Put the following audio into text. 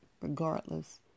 regardless